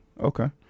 Okay